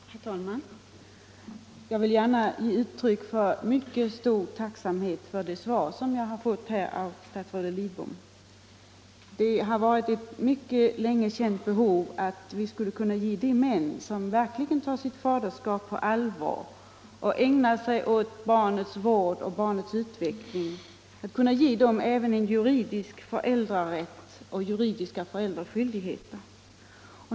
Herr talman! Jag vill gärna ge uttryck för mycket stor tacksamhet över det svar jag fått av statsrådet Lidbom. Det har varit ett länge känt behov att man skulle ge de män, som verkligen tar sitt faderskap på allvar och ägnar sig åt barnets vård och utveckling, en juridisk föräldrarätt och juridiska föräldraskyldigheter.